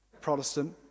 Protestant